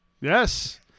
Yes